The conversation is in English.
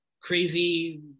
crazy